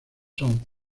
son